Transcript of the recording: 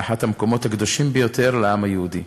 באחד מהמקומות הקדושים ביותר לעם היהודי.